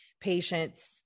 patient's